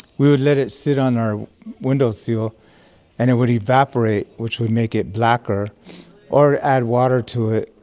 we would let it sit on our windowsill and it would evaporate, which would make it blacker or add water to it,